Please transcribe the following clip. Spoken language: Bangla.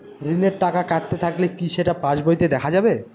ঋণের টাকা কাটতে থাকলে কি সেটা পাসবইতে দেখা যাবে?